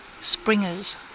Springers